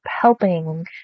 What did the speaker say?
helping